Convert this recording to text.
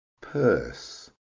purse